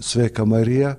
sveika marija